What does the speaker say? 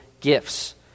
gifts